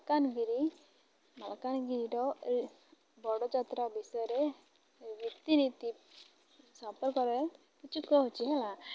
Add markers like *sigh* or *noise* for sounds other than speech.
ମାଲକାନଗିରି ମାଲକାନଗିରିର ବଡ଼ ଯାତ୍ରା ବିଷୟରେ ରୀତିନୀତି ସମ୍ପର୍କରେ *unintelligible* ହେଲା